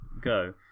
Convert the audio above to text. go